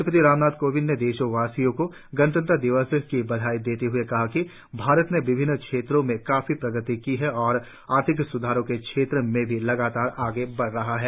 राष्ट्रपति रामनाथ कोविंद ने देशवासियों को गणतंत्र दिवस की बधाई देते हुए कहा है कि भारत ने विभिन्न क्षेत्रों में काफी प्रगति की है और आर्थिक स्धारों के क्षेत्र में भी लगातार आगे बढ़ रहा है